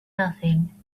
nothing